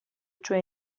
cioè